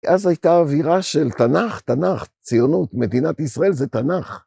אז הייתה אווירה של תנ״ך, תנ״ך, ציונות, מדינת ישראל זה תנ״ך.